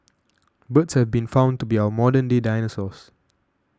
birds have been found to be our modern day dinosaurs